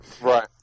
right